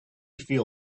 feel